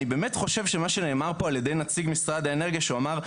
אני באמת חושב שמה שנאמר פה על ידי נציג משרד האנרגיה שהוא אמר,